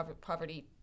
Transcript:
poverty